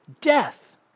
death